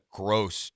gross